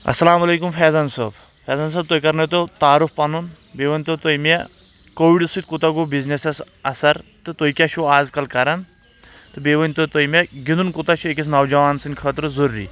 اَسلام علیکُم فیضان صٲب فیضان صٲب تُہۍ کرنٲو تو تعارُف پنُن بیٚیہِ ؤنۍتو تُہۍ مےٚ کووِڈٕ سۭتۍ کوٗتاہ گوٚو بِزنِسس اَثر تہٕ تُہۍ کیاہ چھِو آز کل کران تہٕ بیٚیہِ ؤنۍ تو تُہۍ مےٚ گِنٛدُن کوٗتاہ چھُ أکِس نوجوان سٕنٛدِ خٲطرٕ ضروٗری